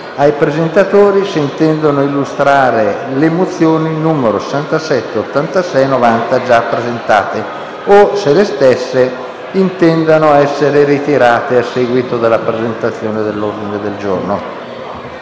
ai presentatori si intendono illustrare le mozioni nn. 77, 86 e 90, già presentate, o se intendano ritirare le stesse a seguito della presentazione dell'ordine del giorno.